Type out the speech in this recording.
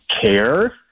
care